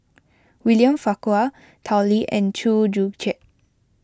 William Farquhar Tao Li and Chew Joo Chiat